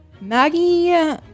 maggie